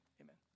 amen